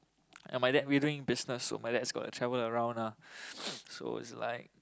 my dad we're doing business so my dad's got to travel around ah so it's like